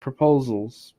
proposals